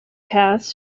pass